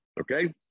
okay